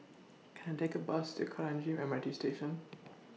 Can I Take A Bus to Kranji M R T Station